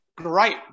great